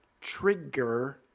trigger